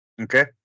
Okay